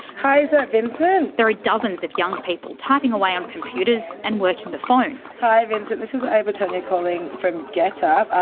hi, is that vincent? there are dozens of young people typing away on computers and working the phones. hi vincent, this is ava ah calling from getup,